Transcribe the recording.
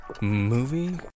Movie